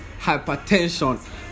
hypertension